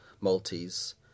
Maltese